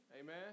Amen